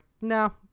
No